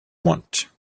want